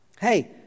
Hey